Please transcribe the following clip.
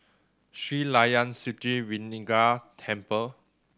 Sri Layan Sithi Vinayagar Temple